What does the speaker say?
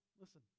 listen